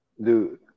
Dude